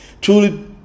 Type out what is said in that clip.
truly